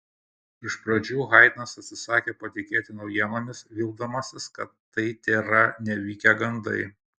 iš pradžių haidnas atsisakė patikėti naujienomis vildamasis kad tai tėra nevykę gandai